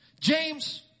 james